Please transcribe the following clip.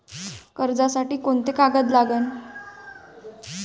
कर्जसाठी कोंते कागद लागन?